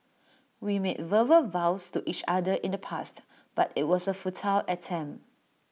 we made verbal vows to each other in the past but IT was A futile attempt